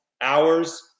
hours